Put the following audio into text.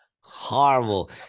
horrible